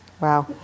wow